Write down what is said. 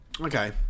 Okay